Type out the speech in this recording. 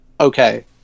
okay